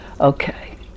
okay